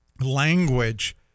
language